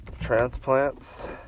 transplants